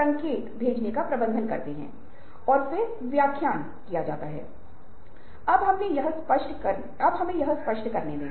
और यह एक तकनीकी नवाचार या एक गैर तकनीकी सामाजिक नवाचार या रचनात्मकता हो सकती है और यह रचनात्मक लोग बहुत दुर्लभ हैं